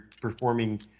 performing